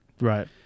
Right